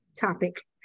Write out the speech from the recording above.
topic